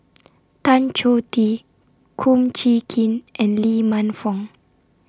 Tan Choh Tee Kum Chee Kin and Lee Man Fong